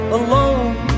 alone